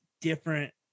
different